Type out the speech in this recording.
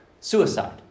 Suicide